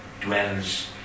dwells